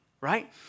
right